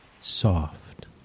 soft